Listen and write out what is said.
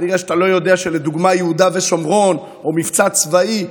כנראה שאתה לא יודע שלדוגמה יהודה ושומרון או מבצע צבאי,